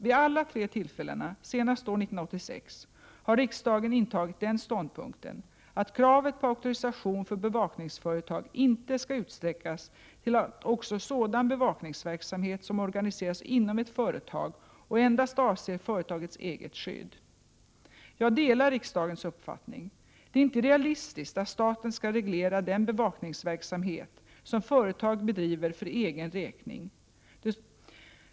Vid alla tre tillfällena, senast år 1986, har riksdagen intagit den ståndpunkten att kravet på auktorisation för bevakningsföretag inte skall utsträckas till också sådan bevakningsverksamhet som organiseras inom ett företag och endast avser företagets eget skydd. Jag delar riksdagens uppfattning. Det är inte realistiskt att staten skulle reglera den bevakningsverksamhet som företag bedriver för egen räkning.